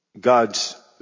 God's